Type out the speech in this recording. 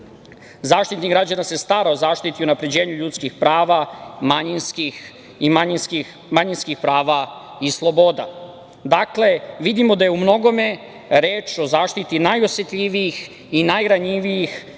Zaštitnik građana se stara o zaštiti i unapređenju ljudskih prava i manjinskih prava i sloboda. Dakle, vidimo da je u mnogome reč o zaštiti najosetljivijih i najranjivijih